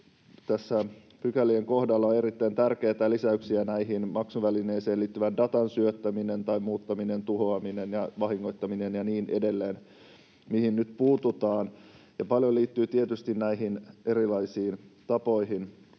pykälien kohdalla on erittäin tärkeitä lisäyksiä näihin maksuvälineisiin liittyen — datan syöttäminen tai muuttaminen, tuhoaminen ja vahingoittaminen ja niin edelleen, mihin nyt puututaan — ja paljon liittyy tietysti näihin erilaisiin tapoihin